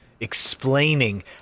explaining